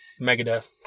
Megadeth